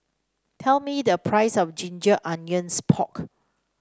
tell me the price of Ginger Onions Pork